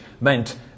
meant